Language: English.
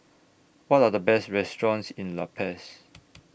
What Are The Best restaurants in La Paz